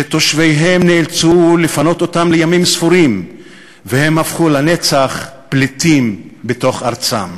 שתושביהם נאלצו לפנות אותם לימים ספורים והפכו לנצח פליטים בתוך ארצם,